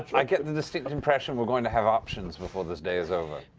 i get the distinct impression we're going to have options before this day is over.